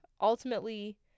ultimately